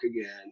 again